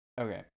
Okay